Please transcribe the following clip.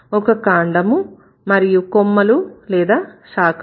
ఒక కాండము మరియు కొమ్మలు లేదా శాఖలు